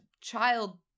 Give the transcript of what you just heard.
child